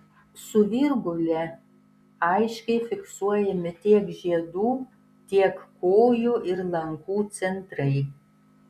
su virgule aiškiai fiksuojami tiek žiedų tiek kojų ir lankų centrai